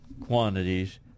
quantities